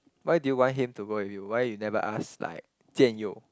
why do you want him to go with you why you never ask like Jian-You